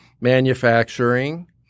manufacturing